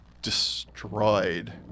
destroyed